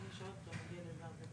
אני כן יכול להגיד שצריך.